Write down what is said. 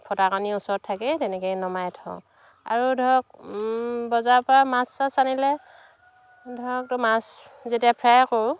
ফটাকানি ওচৰত থাকে তেনেকেই নমাই থওঁ আৰু ধৰক বজাৰৰ পৰা মাছ চাছ আনিলে ধৰক তো মাছ যেতিয়া ফ্ৰাই কৰোঁ